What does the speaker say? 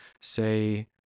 say